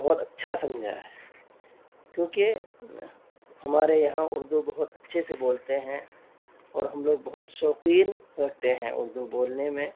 بہت اچھا سمجھا ہے کیونکہ ہمارے یہاں اردو بہت اچھے سے بولتے ہیں اور ہم لوگ بہت شوقین رکھتے ہیں اردو بولنے میں